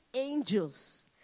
angels